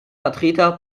vertreter